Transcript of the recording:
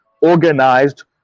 organized